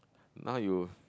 now you